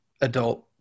adult